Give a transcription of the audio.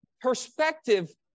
perspective